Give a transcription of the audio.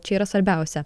čia yra svarbiausia